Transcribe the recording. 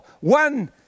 one